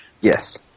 Yes